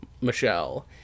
michelle